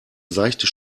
seichte